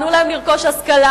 תנו להם לרכוש השכלה,